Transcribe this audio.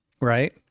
right